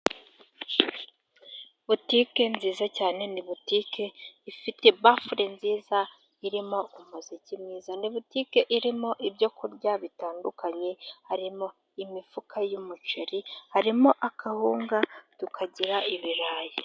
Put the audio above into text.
Butike nziza cyane ni butike ifite bafule nziza irimo umuziki mwiza, ni butike irimo ibyo kurya bitandukanye harimo imifuka y'umuceri, harimo akawunga, tukagira ibirayi.